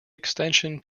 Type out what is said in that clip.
extension